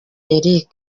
eric